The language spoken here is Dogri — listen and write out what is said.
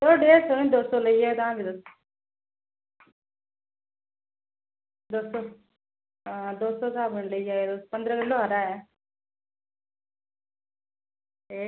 चलो डेढ़ सौ निं दो सौ लेई जाओ तां बी तुस दो सौ हां दो सौ दे स्हाब कन्नै लेई जाएओ तुस पंदरां किलो हारा ऐ एह्